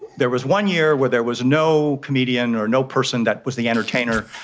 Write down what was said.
there was one year where there was no comedian or no person that was the entertainer,